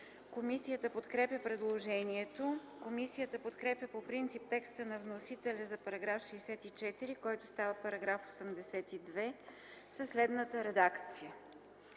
Комисията подкрепя предложението. Комисията подкрепя по принцип текста на вносителя за § 64, който става § 82, и предлага следната редакция: